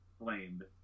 blamed